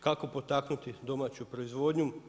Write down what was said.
Kako potaknuti domaću proizvodnju?